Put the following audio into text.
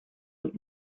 und